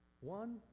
One